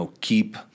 keep